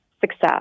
success